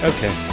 Okay